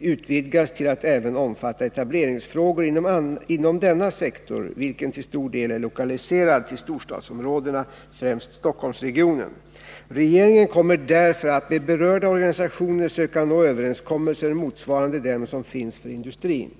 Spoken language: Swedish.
utvidgas till att även omfatta etableringsfrågor inom denna sektor, vilken till stor del är lokaliserad till storstadsområdena, främst Stockholmsregionen. Regeringen kommer därför att med berörda organisationer söka nå överenskommelser motsvarande dem som finns för industrin.